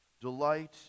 Delight